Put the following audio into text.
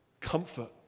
comfort